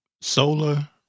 Solar